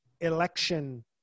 election